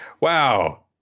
wow